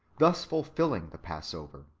thus fulfilling the passover.